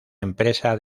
empresa